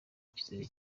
icyizere